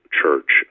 church